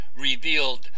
revealed